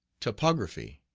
topography,